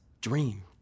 dream